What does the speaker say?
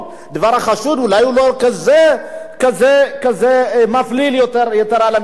אולי הוא לא כזה מפליל יתר על המידה.